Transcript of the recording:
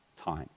time